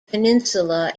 peninsula